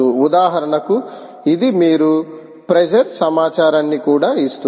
ఉదాహరణకు ఇది మీకు ప్రెజర్ సమాచారాన్ని కూడా ఇస్తుంది